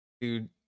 Dude